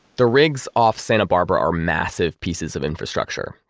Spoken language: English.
the rigs off santa barbara are massive pieces of infrastructure,